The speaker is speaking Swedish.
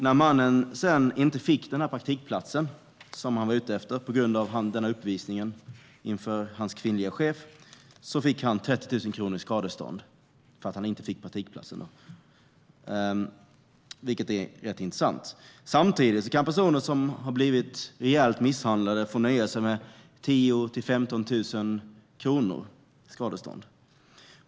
När mannen sedan inte fick praktikplatsen som han var ute efter på grund av denna uppvisning inför sin kvinnliga chef fick han 30 000 kronor i skadestånd, vilket är rätt intressant. Samtidigt kan personer som har blivit rejält misshandlade få nöja sig med 10 000-15 000 kronor i skadestånd.